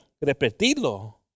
Repetirlo